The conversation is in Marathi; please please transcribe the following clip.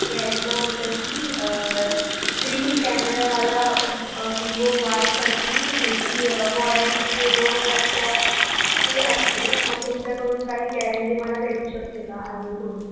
घ्यायचं होतं की थ्री कॅमेरावाला व विवो वाय थर्टी ह्याची वॉरेंटी दोन वर्षाची असते मग तुमच्याकडून काही गॅरंटी मला भेटू शकते का अजून थोडी